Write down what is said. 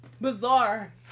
bizarre